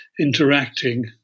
interacting